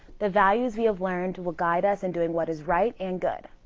the values we have learned will guide us in doing what is right and good.